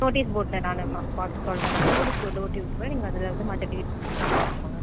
notice போர்ட்டில் நான் ம பா சொல்கிறேன் நான் நோட்டீஸ் போர்ட்டில் ஒட்டி விட்டுருவேன் நீங்கள் அதில் வந்து மற்ற டீட்டைல்ஸ்ஸெலாம் பார்த்துக்கோங்க